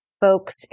folks